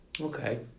Okay